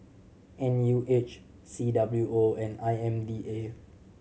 N U H C W O and I M D A